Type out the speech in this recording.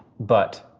but,